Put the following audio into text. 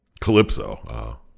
Calypso